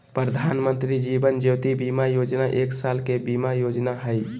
प्रधानमंत्री जीवन ज्योति बीमा योजना एक साल के बीमा योजना हइ